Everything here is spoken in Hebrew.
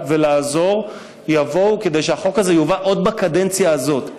ולעזור יבואו כדי שהחוק הזה יובא עוד בקדנציה הזאת.